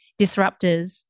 disruptors